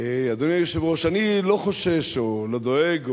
אני לא חושש או לא דואג,